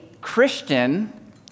Christian